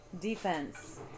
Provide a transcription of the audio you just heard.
Defense